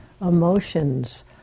emotions